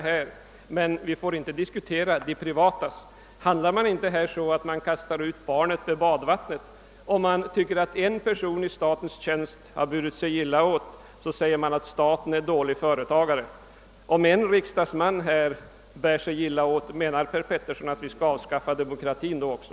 När man alltså på denna grund fördömer staten som skogsägare, kastar man då inte ut barnet med badvattnet? Om man tycker att en person i statens tjänst har burit sig illa åt, så säger man att staten är en dålig företagare. Om en riksdagsman bär sig illa åt, menar herr Petersson att vi skall avskaffa demokratin då?